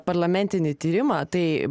parlamentinį tyrimą tai